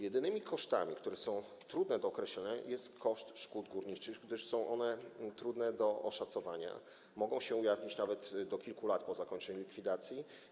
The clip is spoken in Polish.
Jedynym kosztem, który jest trudny do określenia, jest koszt szkód górniczych, gdyż są one trudne do oszacowania, bo mogą się ujawnić nawet do kilku lat po zakończeniu likwidacji.